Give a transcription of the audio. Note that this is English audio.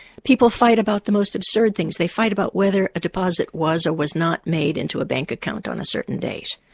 people fight about the most absurd things, they fight about whether a deposit was or was not made into a bank account on a certain date.